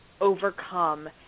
Overcome